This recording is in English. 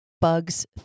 bugs